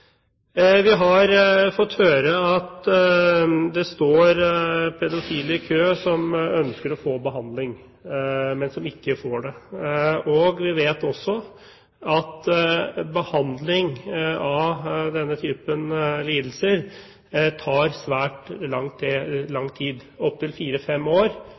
Vi har fått høre at det står pedofile i kø som ønsker å få behandling, men som ikke får det. Vi vet også at behandling av denne typen lidelser tar svært lang tid, opptil fire–fem år